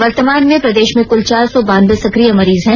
वर्तमान में प्रदेश में कल चार सौ बानवें सकिय मरीज हैं